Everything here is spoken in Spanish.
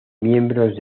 miembros